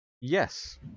Yes